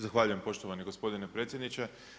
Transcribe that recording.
Zahvaljujem poštovani gospodine predsjedniče.